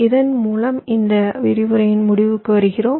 இதன் மூலம் இந்த விரிவுரையின் முடிவுக்கு வருகிறோம்